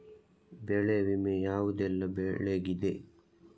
ಬೆಳೆ ವಿಮೆ ಯಾವುದೆಲ್ಲ ಬೆಳೆಗಿದೆ?